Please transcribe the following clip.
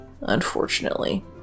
Unfortunately